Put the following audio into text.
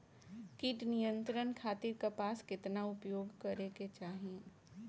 कीट नियंत्रण खातिर कपास केतना उपयोग करे के चाहीं?